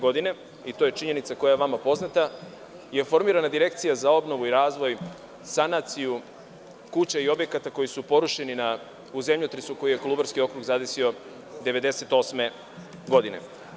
Godine 1999, go je činjenica koja je vama poznata, je formirana Direkcija za obnovu i razvoj, sanaciju kuća i objekata koji su porušeni u zemljotresu koji je Kolubarski okrug zadesio 1998. godine.